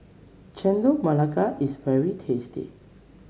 Chendol Melaka is very tasty